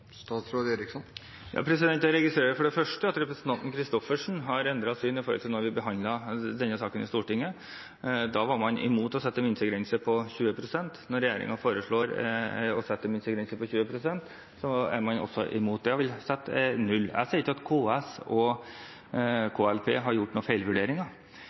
Jeg registrerer for det første at representanten Christoffersen har endret syn i forhold til da vi behandlet denne saken i Stortinget. Da var man imot å sette en minstegrense på 20 pst. Når regjeringen foreslår å sette en minstegrense på 20 pst., er man også imot det og vil sette den til null. Jeg sier ikke at KS og KLP har gjort